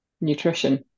nutrition